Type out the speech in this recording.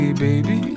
baby